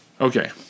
Okay